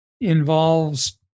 involves